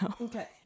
Okay